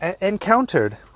encountered